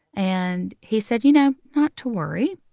and he said, you know, not to worry.